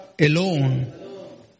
Alone